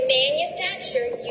manufactured